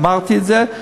אמרתי את זה,